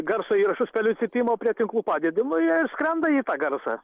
garso įrašus pelių cypimo prie tinklų padedi nu jie ir skrenda į tą garsą